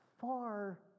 far